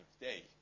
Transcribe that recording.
day